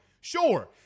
sure